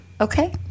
Okay